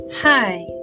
Hi